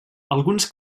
alguns